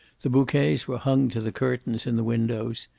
the bouquets were hung to the curtains in the windows.